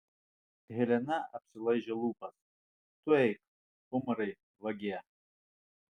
helena apsilaižė lūpas tu eik umarai vagie